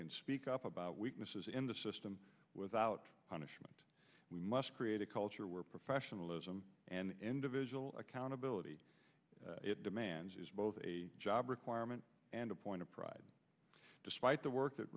can speak up about weaknesses in the system without punishment we must create a culture where professionalism and individual accountability it demands is both a job requirement and a point of pride despite the work that